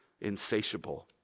insatiable